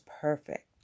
perfect